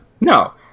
No